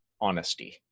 Honesty